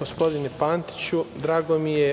gospodine Pantiću, drago mi je